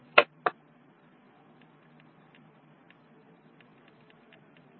तो यहां यह सिगमा है i base स्टैकिंग एनर्जी है तो यहांGbs रखने पर